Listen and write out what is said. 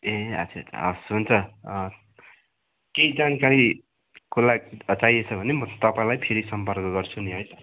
ए अच्छा अच्छा हवस् हन्छ हवस् केही जानकारी कोलाई चाहिएछ भने म तपाईँलाई फेरि सम्पर्क गर्छु नि है